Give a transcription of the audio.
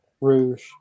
Rouge